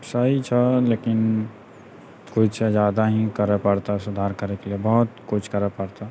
सही छऽ लेकिन किछु ज्यादा ही करऽ पड़तऽ सुधार करैके लिए बहुत किछु करै पड़तऽ